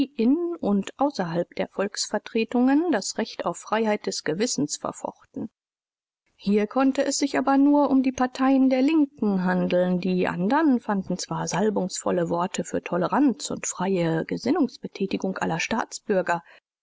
in u außerhalb der volksvertretungen das recht auf freiheit des gewissens verfochten hier konnte es sich aber nur um die parteien der linken handeln die andern fanden zwar salbungsvolle worte für toleranz u freie gesinnungsbetätigung aller staatsbürger